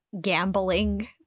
gambling